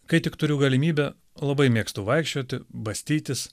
kai tik turiu galimybę labai mėgstu vaikščioti bastytis